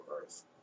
earth